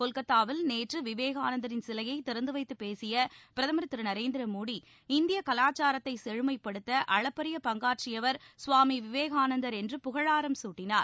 கொல்கத்தாவில் நேற்று விவேகானந்தரின் சிலையை திறந்து வைத்து பேசிய பிரதமர் திரு நரேந்திர மோடி இந்திய கலாச்சாரத்தை செழுமைப்படுத்த அளப்பரிய பங்காற்றியவர் கவாமி விவேகானந்தர் என்று புகழாரம் சூட்டினார்